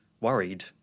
worried